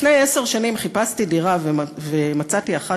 לפני עשר שנים חיפשתי דירה ומצאתי אחת